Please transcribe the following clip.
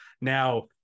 Now